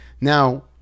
now